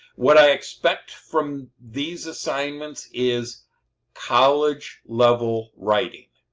what i expect from these assignments is college level writing.